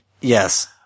yes